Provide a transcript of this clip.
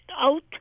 out